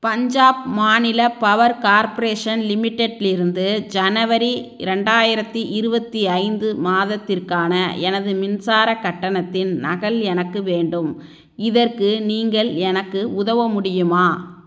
பஞ்சாப் மாநில power corporation லிமிடெட்டிலிருந்து ஜனவரி ரெண்டாயிரத்தி இருபத்தி ஐந்து மாதத்திற்கான எனது மின்சார கட்டணத்தின் நகல் எனக்கு வேண்டும் இதற்கு நீங்கள் எனக்கு உதவ முடியுமா